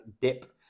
dip